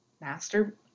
Master